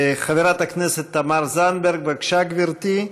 חברת הכנסת תמר זנדברג, בבקשה, גברתי.